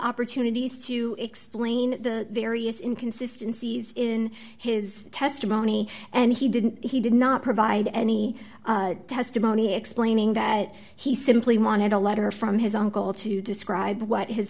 opportunities to explain the various inconsistency in his testimony and he didn't he did not provide any testimony explaining that he simply wanted a letter from his uncle to describe what his